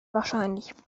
wahrscheinlich